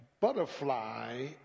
butterfly